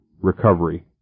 recovery